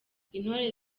intore